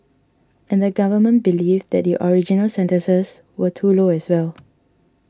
and the Government believed that the original sentences were too low as well